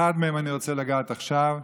באחת מהן אני רוצה לגעת עכשיו.